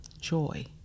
joy